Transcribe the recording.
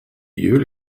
you